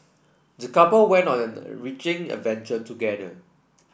the couple went on an enriching adventure together